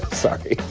sorry.